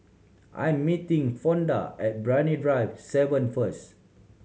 I'm meeting Fonda at Brani Drive Seven first